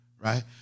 right